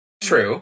True